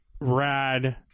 Rad